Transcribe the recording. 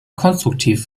konstruktiv